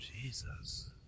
Jesus